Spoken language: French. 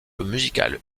musical